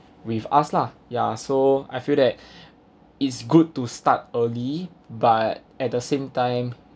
with us lah ya so I feel that it's good to start early but at the same time